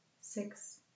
six